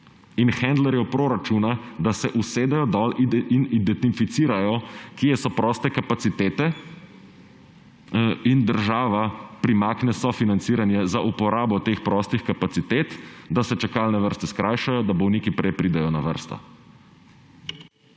in hendlerjev proračuna, da se usedejo dol in identificirajo, kje so proste kapacitete. In država primakne sofinanciranje za uporabo teh prostih kapacitet, da se čakalne vrste skrajšajo, da bolniki prej pridejo na vrsto.